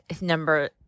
number